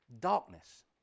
darkness